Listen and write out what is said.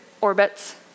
orbits